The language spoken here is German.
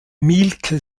mielke